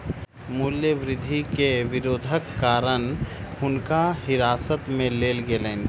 मूल्य वृद्धि के विरोधक कारण हुनका हिरासत में लेल गेलैन